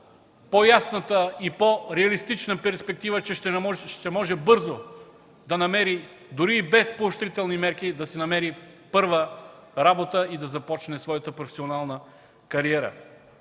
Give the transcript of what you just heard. по-ясната и по-реалистична перспектива, че ще може бързо, дори и без поощрителни мерки да си намери първа работа и да започне своята професионална кариера.